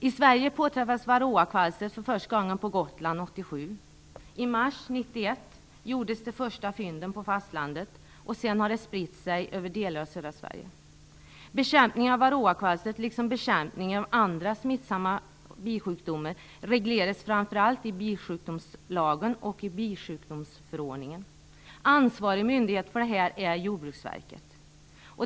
I Sverige påträffades varroakvalstret för första gången på Gotland 1987. I mars 1991 gjordes de första fynden på fastlandet, och sedan har kvalstret spritt sig över delar av södra Sverige. Bekämpningen av varroakvalstret, liksom av andra smittsamma bisjukdomar, regleras framför allt i bisjukdomslagen och i bisjukdomsförordningen. Ansvarig myndighet är Jordbruksverket.